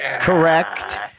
correct